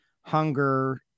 hunger